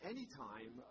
Anytime